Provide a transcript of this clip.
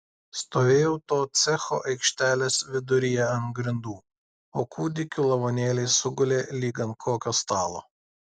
stovėjau to cecho aikštelės viduryje ant grindų o kūdikių lavonėliai sugulė lyg ant kokio stalo